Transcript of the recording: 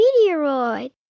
meteoroid